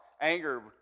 anger